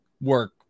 work